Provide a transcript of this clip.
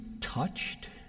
touched